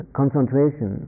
concentration